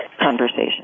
conversation